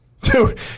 Dude